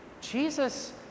Jesus